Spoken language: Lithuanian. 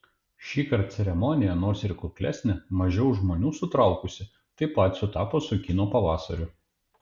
šįkart ceremonija nors ir kuklesnė mažiau žmonių sutraukusi taip pat sutapo su kino pavasariu